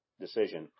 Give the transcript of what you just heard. decision